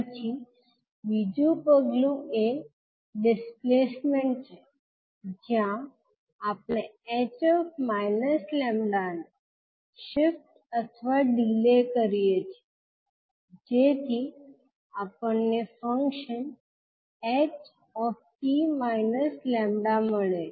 પછી બીજું પગલું એ ડિસ્પ્લેસમેન્ટ છે જ્યાં આપણે ℎ −𝜆 ને શિફ્ટ અથવા ડિલે કરીએ છીએ જેથી આપણને ફંકશન h𝑡 𝜆 મળે છે